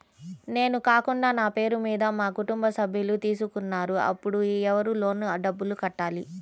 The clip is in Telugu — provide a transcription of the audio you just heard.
నేను కాకుండా నా పేరు మీద మా కుటుంబ సభ్యులు తీసుకున్నారు అప్పుడు ఎవరు లోన్ డబ్బులు కట్టాలి?